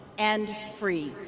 and free.